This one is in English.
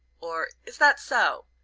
or is that so?